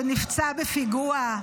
שנפצע בפיגוע,